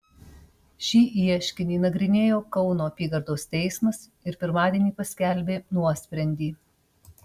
šį ieškinį nagrinėjo kauno apygardos teismas ir pirmadienį paskelbė nuosprendį